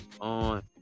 on